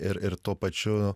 ir ir tuo pačiu